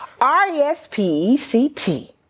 R-E-S-P-E-C-T